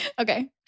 Okay